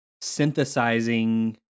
synthesizing